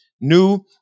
new